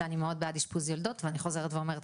שאני מאוד בעד שאשפוז יולדות ואני חוזרת ואומרת